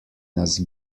nas